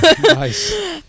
Nice